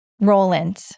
roland